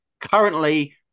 Currently